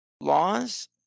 laws